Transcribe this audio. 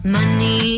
Money